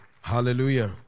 Hallelujah